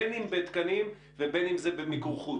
בין אם זה בתקנים ובין אם במיקור חוץ.